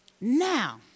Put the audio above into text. Now